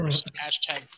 Hashtag